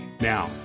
Now